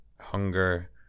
Hunger